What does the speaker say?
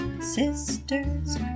Sisters